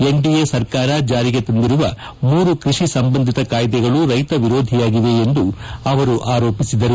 NDA ಸರ್ಕಾರ ಜಾರಿಗೆ ತಂದಿರುವ ಮೂರು ಕೃಷಿ ಸಂಬಂಧಿತ ಕಾಯ್ದೆಗಳು ರೈತ ವಿರೋಧಿಯಾಗಿವೆ ಎಂದು ಅವರು ಆರೋಪಿಸಿದರು